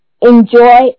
Enjoy